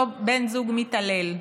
אותו בן זוג מתעלל.